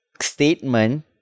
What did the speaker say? statement